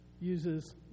uses